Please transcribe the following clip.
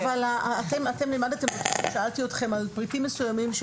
אתם למדתם כששאלתי אתכם על פריטים מסוימים,